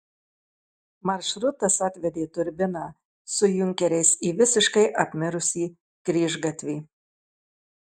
maršrutas atvedė turbiną su junkeriais į visiškai apmirusį kryžgatvį